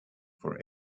for